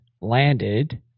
landed –